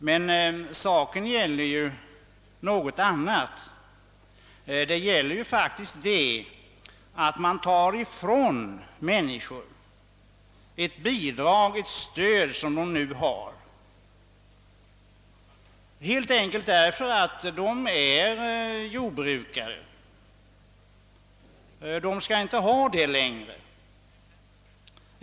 Men saken gäller något annat — man tar faktiskt ifrån människor ett bidrag, ett stöd, helt enkelt därför att de är jordbrukare. De skall inte få det längre.